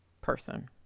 person